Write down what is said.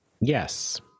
yes